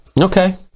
Okay